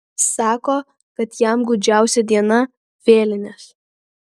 sako kad jam gūdžiausia diena vėlinės